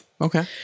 Okay